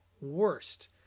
worst